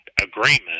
agreement